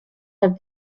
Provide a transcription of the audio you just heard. have